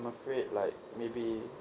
I'm afraid like maybe